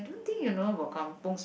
don't think you know about kampung